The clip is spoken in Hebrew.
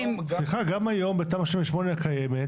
גם היום בתמ"א 38 הקיימת,